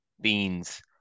beans